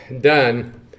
done